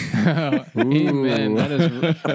Amen